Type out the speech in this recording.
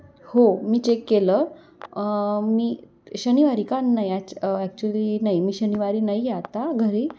हो मी चेक केलं मी शनिवारी का नाही ॲक्च ॲक्च्युअली नाही मी शनिवारी नाही आहे आता घरी